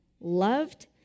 loved